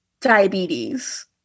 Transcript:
diabetes